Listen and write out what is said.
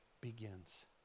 begins